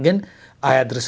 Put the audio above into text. and then i had t